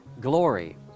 glory